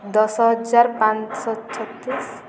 ଦଶ ହଜାର ପାଞ୍ଚଶହ ଛତିଶ